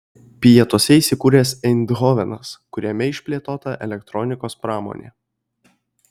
pietuose įsikūręs eindhovenas kuriame išplėtota elektronikos pramonė